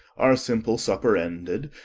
our simple supper ended,